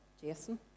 Jason